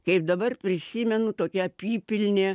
kaip dabar prisimenu tokia apypilnė